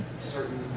certain